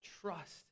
Trust